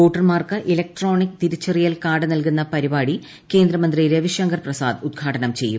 വോട്ടർമാർക്ക് ഇലക്ട്രോണിക് തിരിച്ചറിയൽ കാർഡ് നൽകുന്ന പരിപാടി കേന്ദ്രമന്ത്രി രവിശങ്കർ പ്രസാദ് ഉദ്ഘാടനം ചെയ്യും